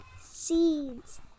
seeds